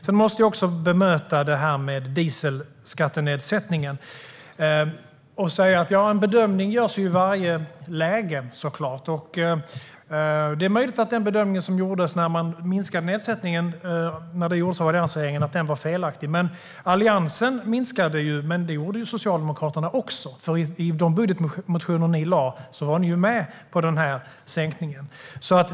Sedan måste jag också bemöta detta med dieselskattenedsättningen. Det görs så klart en bedömning i varje läge. Det är möjligt att den bedömning som alliansregeringen gjorde när man minskade nedsättningen var felaktig. Alliansen minskade nedsättningen, men det gjorde ju Socialdemokraterna också. I era budgetmotioner var ni ju med på den sänkningen.